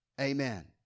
Amen